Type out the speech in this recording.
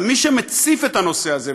אבל מי שמציף את הנושא הזה,